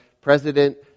President